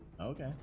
Okay